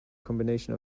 combination